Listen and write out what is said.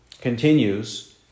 continues